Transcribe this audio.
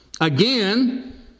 Again